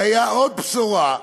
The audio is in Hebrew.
והייתה עוד בשורה,